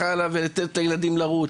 וכך הלאה ולתת לילדים לרוץ.